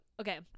okay